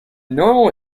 normal